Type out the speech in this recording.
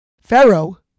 Pharaoh